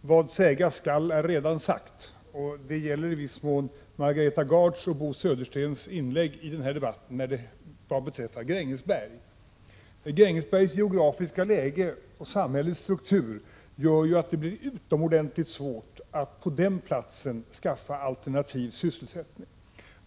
Vad sägas skall är redan sagt. Detta gäller i viss mån Margareta Gards och Bo Söderstens inlägg i den här debatten om Grängesberg. Grängesbergs geografiska läge och samhällets struktur gör ju att det blir utomordentligt svårt att på den platsen skaffa alternativ sysselsättning.